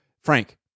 Frank